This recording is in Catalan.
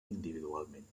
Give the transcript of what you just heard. individualment